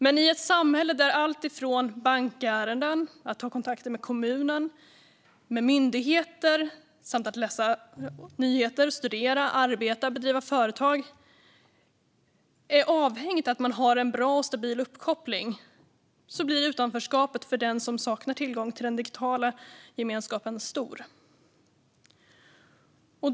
Men i ett samhälle där alltifrån bankärenden och kontakter med kommun och myndigheter till att läsa nyheter, studera, arbeta och driva företag är avhängigt av att man har en bra och stabil uppkoppling blir utanförskapet för den som saknar tillgång till den digitala gemenskapen stor.